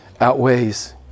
outweighs